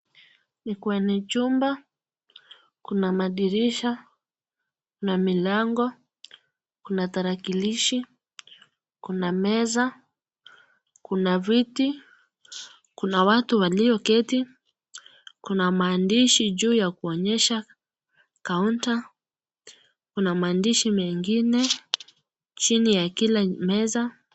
Ni kwenye chumba, kuna madirisha na milango, kuna tarakilishi, kuna meza, kuna viti, kuna watu walioketi, kuna maandishi juu ya kuonyesha kaunta, kuna maandishi mengine chini ya kila meza.